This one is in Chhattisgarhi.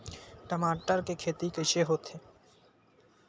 टमाटर के खेती कइसे होथे?